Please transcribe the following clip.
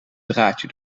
draadje